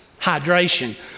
hydration